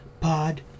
pod